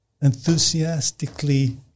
enthusiastically